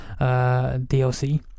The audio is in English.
DLC